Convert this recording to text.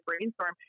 brainstorm